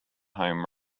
home